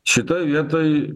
šitoj vietoj